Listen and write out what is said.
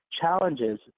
challenges